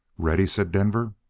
ready! said denver.